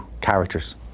characters